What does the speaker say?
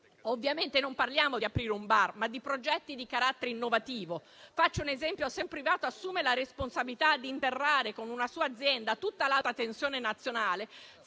Ovviamente, non parliamo di aprire un bar, ma di progetti di carattere innovativo. Faccio un esempio: se un privato assume la responsabilità di interrare con una sua azienda tutta l'alta tensione nazionale,